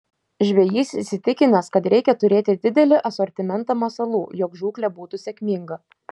žvejys įsitikinęs kad reikia turėti didelį asortimentą masalų jog žūklė būtų sėkminga